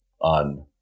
on